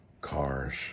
cars